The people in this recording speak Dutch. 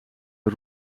een